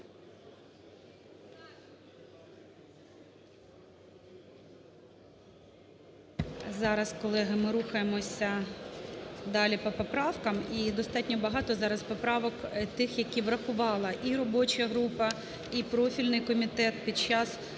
Зараз, колеги, ми рухаємося далі по поправкам, і достатньо багато зараз поправок тих, які врахувала і робоча група, і профільний комітет під час